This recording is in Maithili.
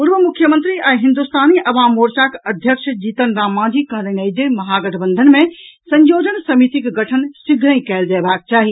पूर्व मुख्यमंत्री आ हिन्दुस्तानी अवाम मोर्चाक अध्यक्ष जीतन राम मांझी कहलनि अछि जे महागठबंधन मे संयोजन समितिक गठन शीघ्रहिं कयल जयबाक चाही